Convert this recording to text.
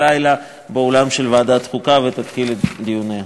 באולם של ועדת החוקה ותתחיל את דיוניה.